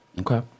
Okay